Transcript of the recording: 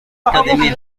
academy